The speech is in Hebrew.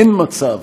אין מצב,